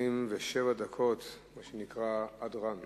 27 דקות, מה שנקרא הדרן.